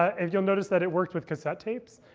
and you'll notice that it worked with cassette tapes.